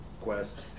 quest